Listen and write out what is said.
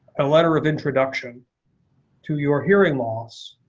a letter of introduction to your hearing loss.